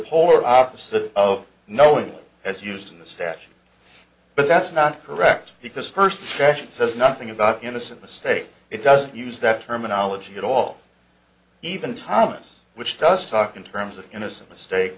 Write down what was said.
polar opposite of knowingly as used in the statute but that's not correct because the first question says nothing about innocent mistake it doesn't use that terminology at all even thomas which does talk in terms of innocent mistake